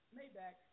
Maybach